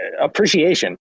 appreciation